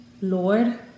Lord